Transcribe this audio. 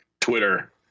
Twitter